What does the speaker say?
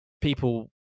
people